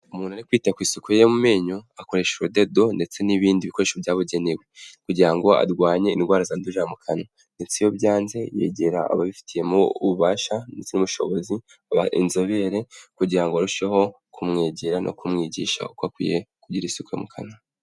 Umuntu ari kwita ku isuku ye y'amenyo akoresha urudodo, ndetse n'ibindi bikoresho byabugenewe, kugira ngo arwanye indwara zandurira mu kanwa, ndetse iyo byanze yegera ababifitemo ububasha ndetse n'ubushobozi, inzobere kugira ngo barusheho kumwegera no kumwigisha uko akwiye kugira isuku yo mu kanwa.